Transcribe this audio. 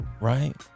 right